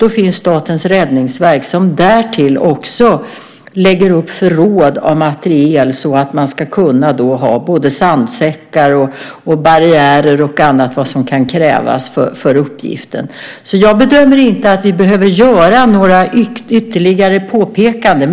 Då finns Statens räddningsverk som därtill lägger upp förråd av materiel så att man ska kunna ha både sandsäckar, barriärer och annat som kan krävas för uppgiften. Jag bedömer därför inte att vi behöver göra några ytterligare påpekanden.